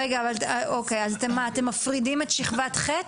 רגע, אז אתם מפרידים את שכבת ח'?